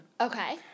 okay